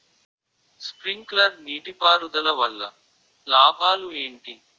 Sprinkler నీటిపారుదల వల్ల లాభాలు ఏంటి?